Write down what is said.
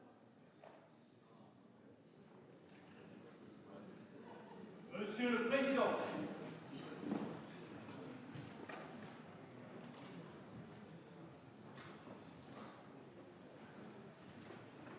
Monsieur le président,